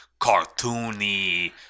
cartoony